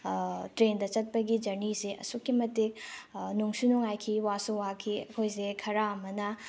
ꯇ꯭ꯔꯦꯟꯗ ꯆꯠꯄꯒꯤ ꯖꯔꯅꯤꯁꯦ ꯑꯁꯨꯛꯀꯤ ꯃꯇꯤꯛ ꯅꯨꯡꯁꯨ ꯅꯨꯡꯉꯥꯏꯈꯤ ꯋꯥꯁꯨ ꯋꯥꯈꯤ ꯑꯩꯈꯣꯏꯁꯦ ꯈꯔ ꯑꯃꯅ